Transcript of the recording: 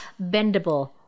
bendable